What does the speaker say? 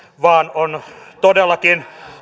vaan on todellakin